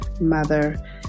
mother